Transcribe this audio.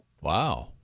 Wow